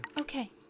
Okay